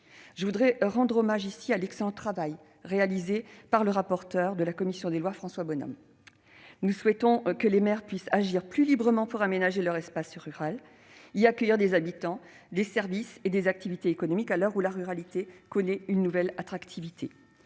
Je voudrais rendre hommage à l'excellent travail réalisé par le rapporteur de la commission des Lois, M. François Bonhomme. Nous souhaitons que les maires puissent agir plus librement pour aménager l'espace et y accueillir des habitants, des services et des activités économiques, à l'heure où la ruralité connaît une nouvelle attractivité.